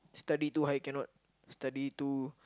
study too high cannot study too